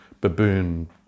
baboon